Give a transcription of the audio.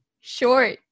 short